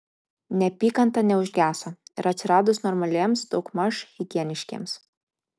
neapykanta neužgeso ir atsiradus normaliems daugmaž higieniškiems